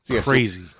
Crazy